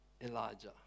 Elijah